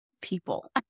people